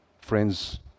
Friends